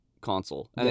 console